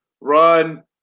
run